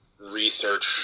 research